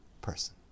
person